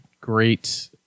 great